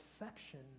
affection